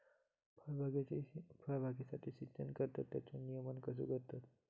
फळबागेसाठी सिंचन करतत त्याचो नियोजन कसो करतत?